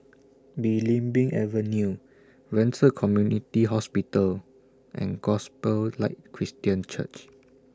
Belimbing Avenue Ren Ci Community Hospital and Gospel Light Christian Church